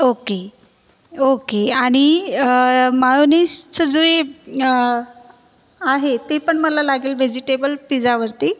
okay okay आणि मायोनिजचं जे आहे ते पण मला लागेल व्हेजिटेबल पिझावरती